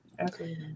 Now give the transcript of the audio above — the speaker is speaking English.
Okay